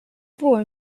floor